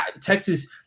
Texas